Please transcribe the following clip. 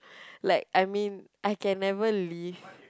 like I mean I can never leave